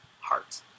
heart